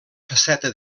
faceta